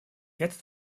jetzt